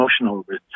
emotional